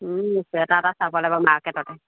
sweater এটা চাব লাগিব মাৰ্কেটতে